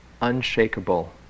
unshakable